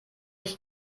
ich